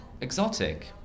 exotic